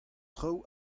traoù